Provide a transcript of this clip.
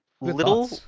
little